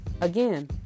Again